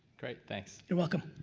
great, thanks. you're welcome.